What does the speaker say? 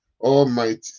almighty